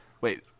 wait